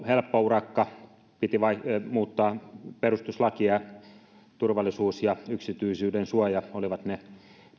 helppo urakka piti muuttaa perustuslakia turvallisuus ja yksityisyydensuoja olivat ne